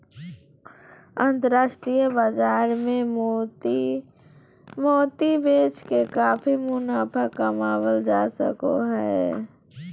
अन्तराष्ट्रिय बाजार मे मोती बेच के काफी मुनाफा कमावल जा सको हय